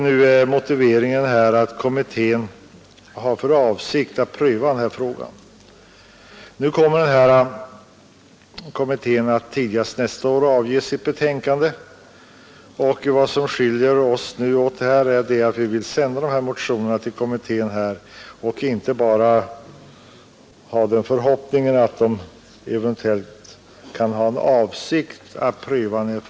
Nu är motiveringen att realisationsvinstkommittén har för avsikt att pröva frågan. Kommittén väntas avge sitt betänkande tidigast nästa år, och vad som skiljer inom utskottet är nu att reservanterna vill sända motionerna till kommittén, medan majoriteten nöjer sig med förhoppningen att kommittén eventuellt kommer att pröva frågan.